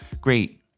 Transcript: great